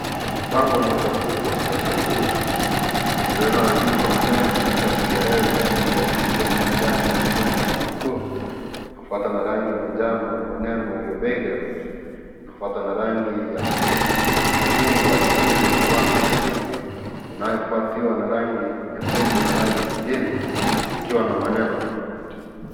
Bango moja kubwa katika ukuta linaloandikwa maneno katika Kiingereza rangi ya juu ikiwa ni kijani na maneno in our school , inafwatwa na rangi ya manjano na maneno we obey the rules , inafwatwa na rangi ya chungwa na maneno we work as a team , inayofuatiwa na rangi nyekundu na rangi nyingine zikiwa na maneno tofauti.